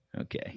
Okay